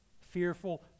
fearful